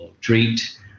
treat